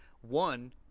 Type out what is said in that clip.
One